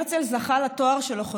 הרצל זכה לתואר שלו,